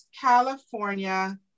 California